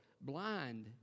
blind